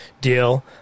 deal